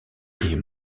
est